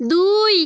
দুই